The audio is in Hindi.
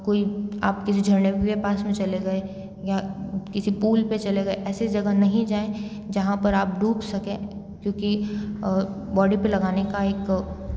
कोई आप किसी झरने के पास में चले गए या किसी पूल पे चले गए ऐसी जगह नहीं जाएं जहाँ पे आप डूब सके क्योंकि बॉडी पे लगाने का एक